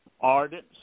ardent